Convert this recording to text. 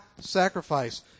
sacrifice